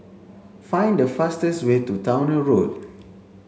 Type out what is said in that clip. find the fastest way to Towner Road